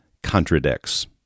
contradicts